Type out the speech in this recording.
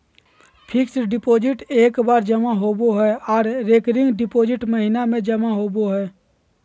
fixed deposit एक बार जमा होबो हय आर रेकरिंग डिपॉजिट महीने में जमा होबय हय